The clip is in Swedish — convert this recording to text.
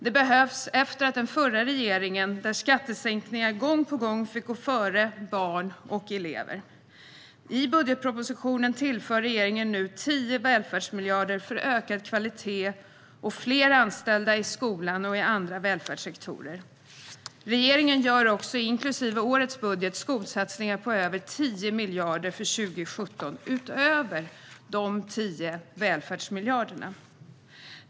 Det behövs efter den förra regeringen, där skattesänkningar gång på gång fick före barn och elever. I budgetpropositionen tillför regeringen nu 10 välfärdsmiljarder för ökad kvalitet och fler anställda i skolan och i andra välfärdssektorer. Regeringen gör också, inklusive årets budget, skolsatsningar på över 10 miljarder för 2017, utöver de 10 välfärdsmiljarderna.